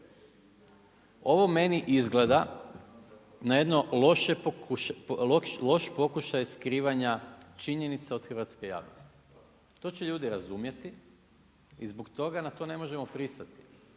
Ovo meni izgleda na jedan loš pokušaj skrivanja činjenica od hrvatske javnosti. To će ljudi razumjeti i zbog toga na to ne možemo pristati.